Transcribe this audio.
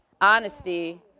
Honesty